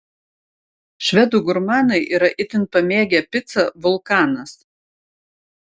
švedų gurmanai yra itin pamėgę picą vulkanas